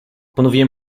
ponowiłem